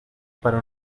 para